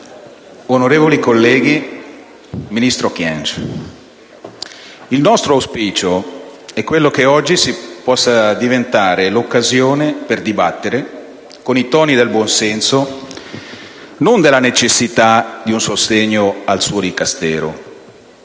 onorevoli colleghi, ministro Kyenge, il nostro auspicio è che quella odierna possa diventare l'occasione per dibattere, con i toni del buon senso, non della necessità di un sostegno al suo Dicastero,